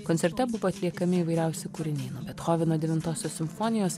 koncerte buvo atliekami įvairiausi kūriniai nuo bethoveno devintosios simfonijos